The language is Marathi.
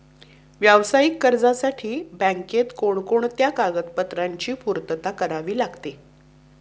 व्यावसायिक कर्जासाठी बँकेत कोणकोणत्या कागदपत्रांची पूर्तता करावी लागते?